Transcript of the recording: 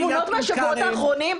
אתה ראית את התמונות מהשבועות האחרונים?